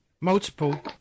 Multiple